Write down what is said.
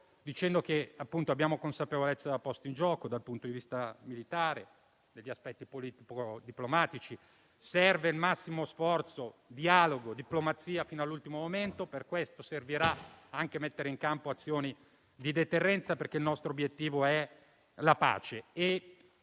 parte. Abbiamo consapevolezza della posta in gioco dal punto di vista militare e diplomatico. Serve il massimo sforzo nel dialogo e nella diplomazia, fino all'ultimo momento; per questo servirà anche mettere in campo azioni di deterrenza, perché il nostro obiettivo è la pace.